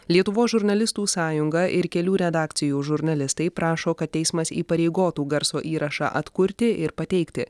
lietuvos žurnalistų sąjunga ir kelių redakcijų žurnalistai prašo kad teismas įpareigotų garso įrašą atkurti ir pateikti